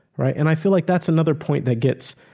right? and i feel like that's another point that gets,